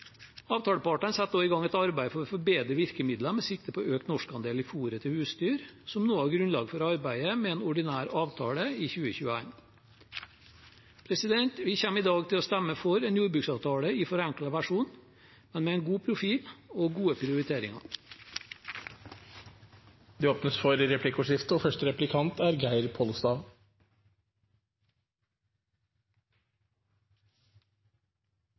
Avtalepartene setter nå i gang et arbeid for å forbedre virkemidlene med sikte på økt norskandel i fôret til husdyr som noe av grunnlaget for arbeidet med en ordinær avtale i 2021. Vi kommer i dag til å stemme for en jordbruksavtale i forenklet versjon, men med en god profil og gode prioriteringer. Det blir replikkordskifte. Ei av årsakene til at ein dette året har eit forenkla oppgjer, er